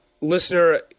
listener